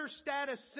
status